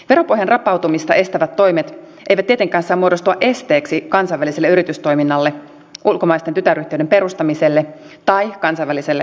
veropohjan rapautumista estävät toimet eivät tietenkään saa muodostua esteeksi kansainväliselle yritystoiminnalle ulkomaisten tytäryhtiöiden perustamiselle tai kansainväliselle omistukselle